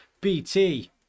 BT